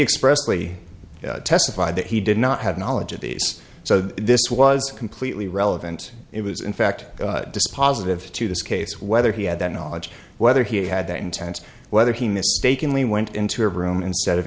plea testified that he did not have knowledge of these so this was completely relevant it was in fact dispositive to this case whether he had that knowledge whether he had that intense whether he mistakenly went into a room instead of